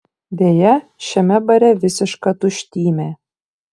deja šiame bare visiška tuštymė